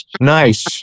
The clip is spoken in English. Nice